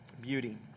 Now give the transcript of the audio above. Beauty